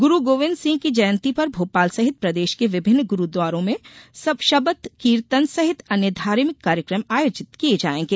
गुरु गोविन्द सिंह की जयंती पर भोपाल सहित प्रदेश के विभिन्न गुरुद्वारों में सबद कीर्तन सहित अन्य धार्मिक कार्यक्रम आयोजित किये जायेंगे